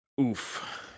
Oof